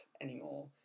anymore